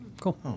Cool